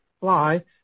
Fly